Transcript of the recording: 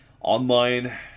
online